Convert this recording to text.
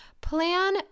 Plan